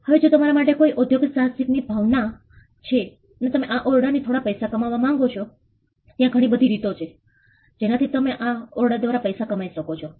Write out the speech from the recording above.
હવે જો તમારા માં કોઈ ઉદ્યોગસાહસિક ની ભાવના છે અને તમે આ ઓરડાથી થોડા પૈસા કમાવા માંગો છો ત્યાં ઘણી બધી રીતો છે જેનાથી તમે આ ઓરડા દ્વારા પૈસા કમાઈ શકો છો